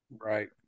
Right